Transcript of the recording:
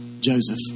Joseph